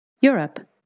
Europe